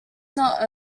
not